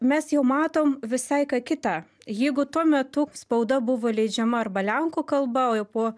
mes jau matom visai ką kitą jeigu tuo metu spauda buvo leidžiama arba lenkų kalba o jau po